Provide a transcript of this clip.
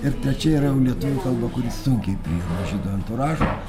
ir trečia lietuvių kalba kuri sunkiai priima žydų anturažą